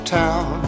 town